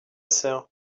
sœur